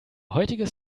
heutiges